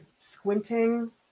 Squinting